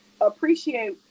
appreciate